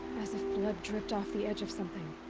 as if blood dripped off the edge of something.